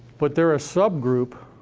but they're a sub-group.